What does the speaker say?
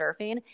surfing